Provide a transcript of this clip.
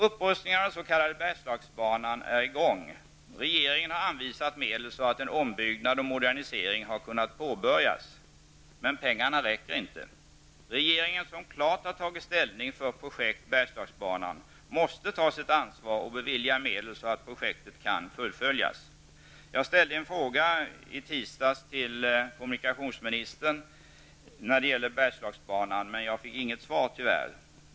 Upprustningen på den s.k. Regeringen, som klart har tagit ställning för projekt Bergslagsbanan, måste ta sitt ansvar och bevilja medel så att projektet kan fullföljas. Jag ställde i tisdags en fråga till kommunikationsministern om Bergslagsbanan, men jag fick tyvärr inget svar.